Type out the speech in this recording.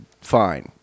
fine